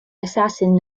assassin